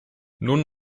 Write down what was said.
nun